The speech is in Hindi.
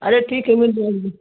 अरे ठीक है